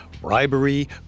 bribery